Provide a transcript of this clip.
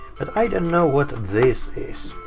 but i don't know what this is.